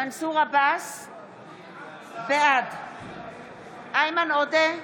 בעד איימן עודה,